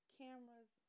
cameras